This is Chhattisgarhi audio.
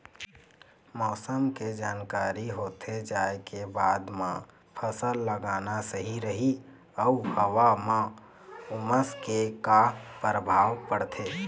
मौसम के जानकारी होथे जाए के बाद मा फसल लगाना सही रही अऊ हवा मा उमस के का परभाव पड़थे?